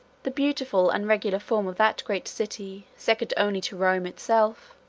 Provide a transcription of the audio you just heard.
the beautiful and regular form of that great city, second only to rome itself,